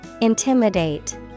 Intimidate